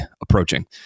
approaching